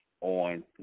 on